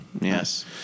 Yes